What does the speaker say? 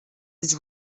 his